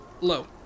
Low